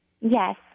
Yes